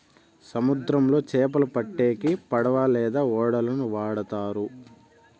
సముద్రంలో చాపలు పట్టేకి పడవ లేదా ఓడలను వాడుతారు